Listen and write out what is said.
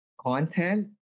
content